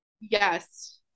Yes